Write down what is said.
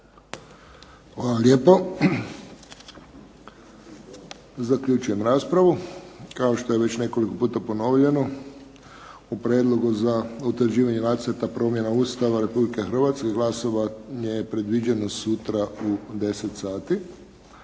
Hvala lijepo. Zaključujem raspravu. Kao što je već nekoliko puta ponovljeno, u Prijedlogu za utvrđivanje Nacrta promjena Ustava Republike Hrvatske glasovanje je predviđeno je predviđeno